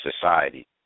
society